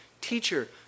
Teacher